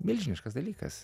milžiniškas dalykas